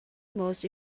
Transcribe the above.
most